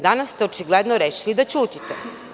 Danas ste očigledno rešili da ćutite.